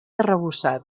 arrebossat